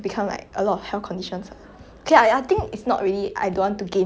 health effects you know ya and